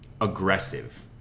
aggressive